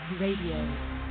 RADIO